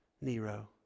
Nero